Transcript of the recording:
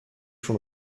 schon